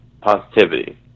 positivity